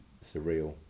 surreal